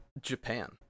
Japan